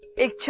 it,